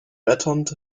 blätternd